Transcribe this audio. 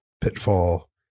pitfall